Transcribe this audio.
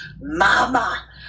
Mama